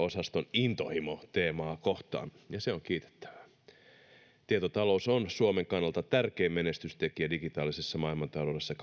intohimo teemaa kohtaan ja se on kiitettävää tietotalous on suomen kannalta tärkein menestystekijä digitaalisessa maailmantaloudessa